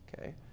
okay